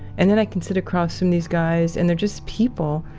and then i can sit across from these guys and they're just people.